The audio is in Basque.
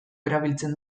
erabiltzen